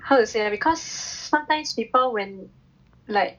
how to say because sometimes people when like